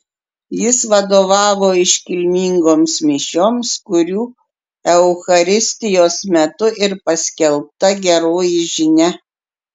jis vadovavo iškilmingoms mišioms kurių eucharistijos metu ir paskelbta geroji žinia